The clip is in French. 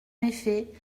effet